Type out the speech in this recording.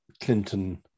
Clinton